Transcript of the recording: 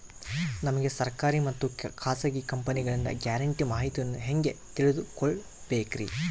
ನಮಗೆ ಸರ್ಕಾರಿ ಮತ್ತು ಖಾಸಗಿ ಕಂಪನಿಗಳಿಂದ ಗ್ಯಾರಂಟಿ ಮಾಹಿತಿಯನ್ನು ಹೆಂಗೆ ತಿಳಿದುಕೊಳ್ಳಬೇಕ್ರಿ?